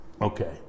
okay